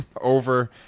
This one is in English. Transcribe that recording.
over